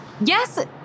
yes